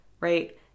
right